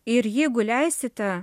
ir jeigu leisite